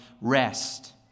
rest